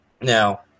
Now